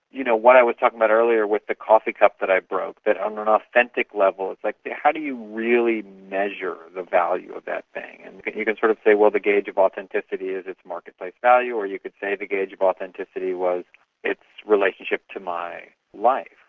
you know, what i was talking about earlier with the coffee cup that i broke, that on an authentic level it's like how do you really measure the value of that thing. and you can sort of say, well, the gauge of authenticity is its marketplace value, or you could say the gauge of authenticity was its relationship to my life.